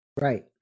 Right